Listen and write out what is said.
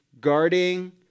guarding